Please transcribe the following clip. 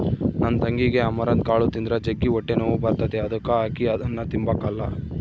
ನನ್ ತಂಗಿಗೆ ಅಮರಂತ್ ಕಾಳು ತಿಂದ್ರ ಜಗ್ಗಿ ಹೊಟ್ಟೆನೋವು ಬರ್ತತೆ ಅದುಕ ಆಕಿ ಅದುನ್ನ ತಿಂಬಕಲ್ಲ